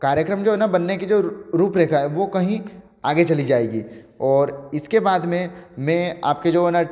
कार्यक्रम जो है ना बनने की जो रूपरेखा है वो कहीं आगे चली जाएगी और इसके बाद में मैं आपकी जो नट